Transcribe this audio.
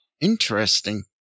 Interesting